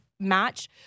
Match